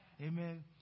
Amen